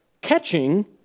catching